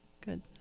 Good